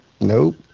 nope